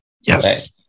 Yes